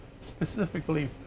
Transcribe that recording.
specifically